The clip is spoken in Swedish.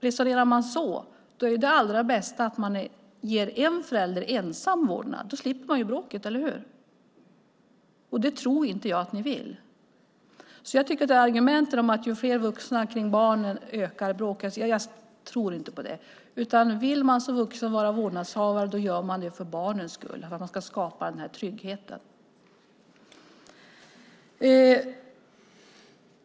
Resonerar man så är det allra bäst att man ger en förälder ensam vårdnad. Då slipper man bråket, eller hur? Det tror inte jag att ni vill. Jag tror inte på argumentet att flera vuxna kring barnet ökar bråket. Vill man som vuxen vara vårdnadshavare gör man det för barnets skull, för att skapa trygghet.